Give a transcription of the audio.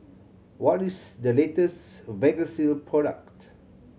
what is the latest Vagisil product